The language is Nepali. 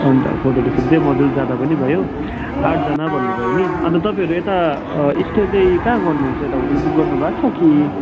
अन्त फोटोहरू खिच्दै मजाले जाँदा पनि भयो आठजना भन्नुभयो नि अन्त तपाईँहरू यता स्टे चाहिँ कहाँ गर्नुहुन्छ यता होटल बुक गर्नुभएको छ कि